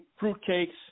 fruitcakes